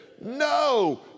No